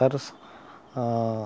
sir ఆ